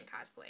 cosplay